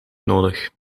nodig